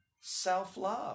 self-love